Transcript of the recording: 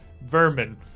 vermin